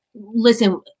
Listen